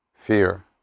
Fear